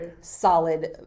solid